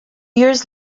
years